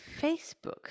Facebook